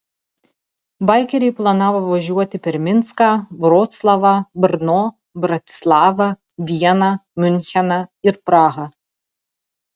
baikeriai planavo važiuoti per minską vroclavą brno bratislavą vieną miuncheną ir prahą